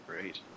Great